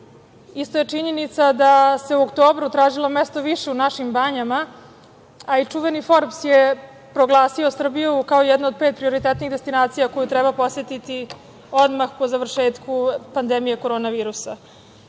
isto je činjenica da se u oktobru tražilo mesto više u našim banjama, a i čuveni „Forbs“ je proglasio Srbiju kao jedna od pet prioriteta destinacija koju treba podsetiti odmah po završetku pandemije korona virusa